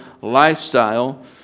lifestyle